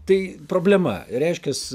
tai problema reiškias